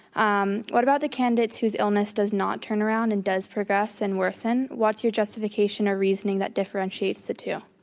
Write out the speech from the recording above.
um what about the candidates whose illness does not turn around and does progress and worsen? what's your justification or reasoning that differentiates the two?